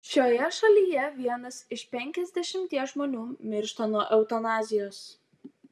šioje šalyje vienas iš penkiasdešimties žmonių miršta nuo eutanazijos